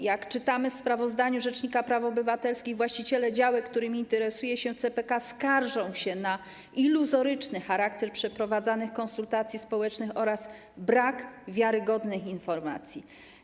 Jak czytamy w sprawozdaniu rzecznika praw obywatelskich, właściciele działek, którymi interesuje się CPK, skarżą się na iluzoryczny charakter przeprowadzanych konsultacji społecznych oraz brak wiarygodnych informacji.